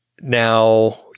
Now